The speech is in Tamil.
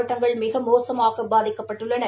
மாவட்டங்கள் மிக மோசமாக பாதிக்கப்பட்டுள்ளன